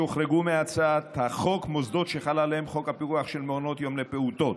יוחרגו מהצעת החוק מוסדות שחל עליהם חוק הפיקוח על מעונות יום לפעוטות,